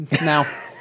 now